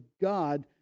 God